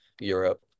Europe